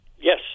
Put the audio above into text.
Yes